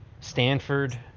Stanford